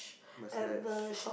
massage